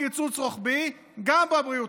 בסדרה של קיצוצים שיפגעו עוד יותר בשירותי הבריאות,